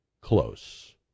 close